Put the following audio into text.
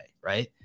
right